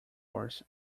course